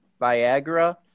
Viagra